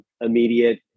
immediate